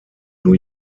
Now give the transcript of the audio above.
new